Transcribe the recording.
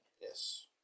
Yes